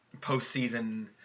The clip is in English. postseason